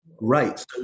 Right